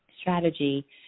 strategy